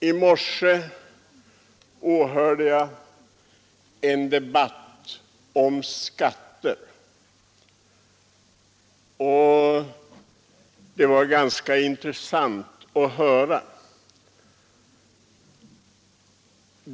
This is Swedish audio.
I morse åhörde jag en debatt om skatter, som det var ganska intressant att lyssna till.